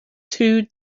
two